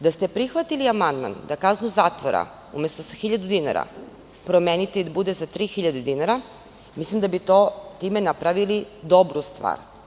Da ste prihvatili amandman da kaznu zatvora umesto sa hiljadu dinara promenite i da bude 3 hiljade dinara, mislim da bi time napravili dobru stvar.